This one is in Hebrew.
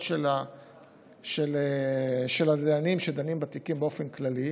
של הדיינים שדנים בתיקים באופן כללי.